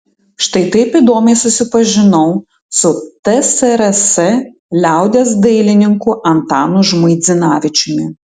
štai taip įdomiai susipažinau su tsrs liaudies dailininku antanu žmuidzinavičiumi